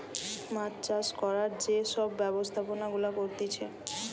মাছ চাষ করার যে সব ব্যবস্থাপনা গুলা করতিছে